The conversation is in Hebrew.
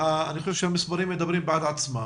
אני חושב שהמספרים מדברים בעד עצמם.